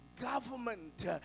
government